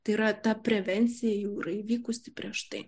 tai yra ta prevencija jau yra vykusi prieš tai